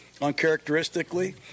uncharacteristically